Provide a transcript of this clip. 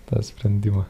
tą sprendimą